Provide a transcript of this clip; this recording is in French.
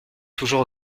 toujours